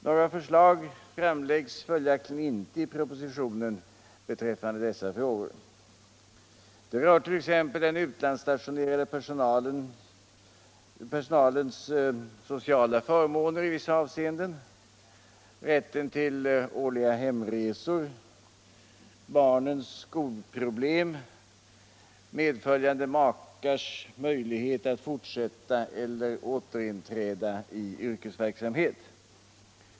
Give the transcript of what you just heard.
Några förslag framläggs följaktligen inte i propositionen beträffande dessa frågor. Det rör 1. ex. den utlandsstationerade personalens sociala förmåner i vissa avseenden, rätten till årliga hemresor, barnens skolproblem och medföljande makars möjligheter att fortsätta elier att återinträda i yrkesverksamhet.